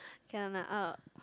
can lah uh